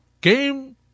game